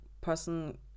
person